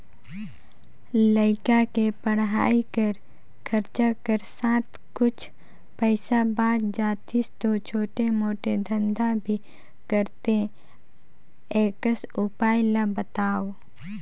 लइका के पढ़ाई कर खरचा कर साथ कुछ पईसा बाच जातिस तो छोटे मोटे धंधा भी करते एकस उपाय ला बताव?